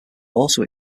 also